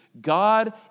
God